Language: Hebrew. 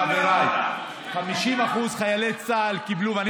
חשמל וארנונה.